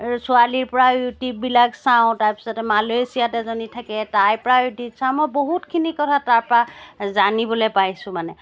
ছোৱালীৰ পৰা ইউটিউববিলাক চাওঁ তাৰপিছত মালয়েছিয়াত এজনী থাকে তাইৰ পৰা ইউটিউব চাওঁ মই বহুতখিনি কথা তাৰপৰা জানিবলৈ পাইছো মানে